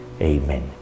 Amen